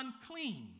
unclean